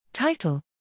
Title